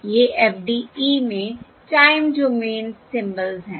ये FDE में time domain symbols हैं